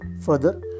Further